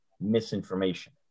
misinformation